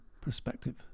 perspective